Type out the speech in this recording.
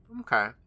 Okay